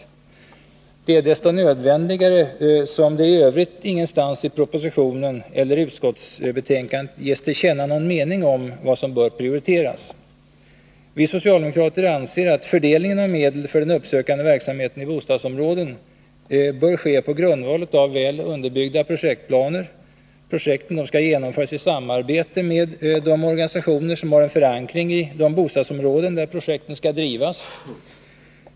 En sådan vägledning är desto nödvändigare som det i övrigt ingenstans i propositionen eller utskottsbetänkandet ges till känna någon mening om vad som bör prioriteras. Vi socialdemokrater anser att fördelningen av medel för den uppsökande verksamheten i bostadsområden bör ske på grundval av väl underbyggda projektplaner. Projekten skall genomföras i samarbete med de organisationer som har en förankring i de bostadsområden där projekten skall drivas.